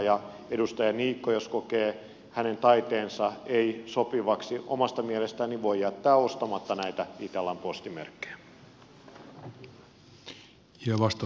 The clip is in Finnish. jos edustaja niikko kokee hänen taiteensa ei sopivaksi omasta mielestään niin hän voi jättää ostamatta näitä itellan postimerkkejä